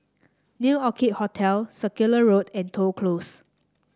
New Orchid Hotel Circular Road and Toh Close